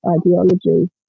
ideology